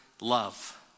love